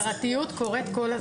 החזרתיות קורית כל הזמן.